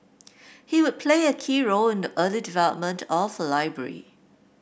he would play a key role in the early development of a library